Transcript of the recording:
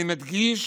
אני מדגיש